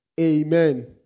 Amen